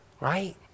right